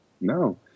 No